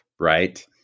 right